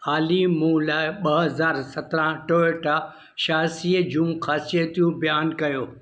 ऑली मूं लाइ ॿ हज़ारु सतरहां टोयोटा छहासीअ जूं ख़ासियतूं बयानु कयो